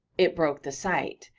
it broke the site,